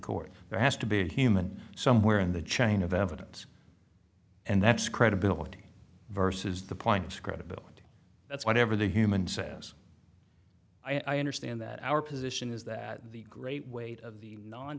court there has to be a human somewhere in the chain of evidence and that's credibility versus the points credibility that's whatever the human says i understand that our position is that the great weight of the non